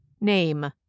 Name